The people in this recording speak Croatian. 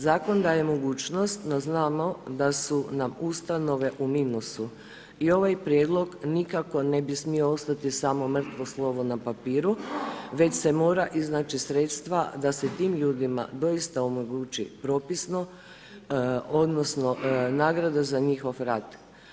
Zakon daje mogućnost da znamo da su nam ustanove u minusu i ovaj Prijedlog nikako ne bi smio ostati samo mrtvo slovo na papiru, već se mora iznaći sredstva da se tim ljudima doista omogući propisno odnosno nagrada za njihov rad.